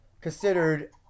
considered